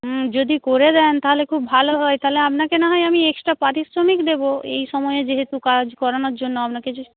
হুম যদি করে দেন তাহলে খুব ভালো হয় তাহলে আপনাকে না হয় আমি এক্সট্রা পারিশ্রমিক দেবো এই সময়ে যেহেতু কাজ করানোর জন্য আপনাকে যে